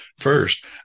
First